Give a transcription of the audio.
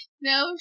No